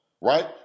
right